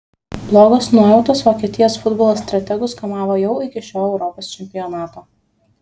blogos nuojautos vokietijos futbolo strategus kamavo jau iki šio europos čempionato